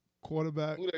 quarterback